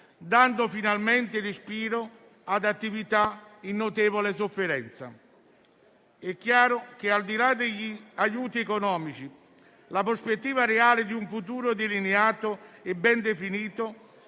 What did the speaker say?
dando finalmente respiro ad attività in notevole sofferenza. È chiaro che, al di là degli aiuti economici, la prospettiva reale di un futuro delineato e ben definito,